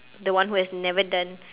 the one who has never done